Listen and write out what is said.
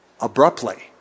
abruptly